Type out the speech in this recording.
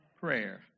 prayer